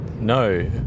No